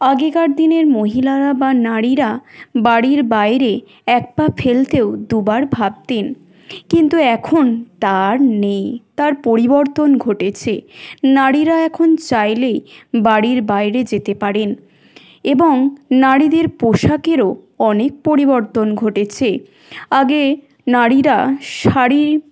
আগেকার দিনের মহিলারা বা নারীরা বাড়ির বাইরে এক পা ফেলতেও দুবার ভাবতেন কিন্তু এখন তা আর নেই তার পরিবর্তন ঘটেছে নারীরা এখন চাইলেই বাড়ির বাইরে যেতে পারেন এবং নারীদের পোশাকেরও অনেক পরিবর্তন ঘটেছে আগে নারীরা শাড়ি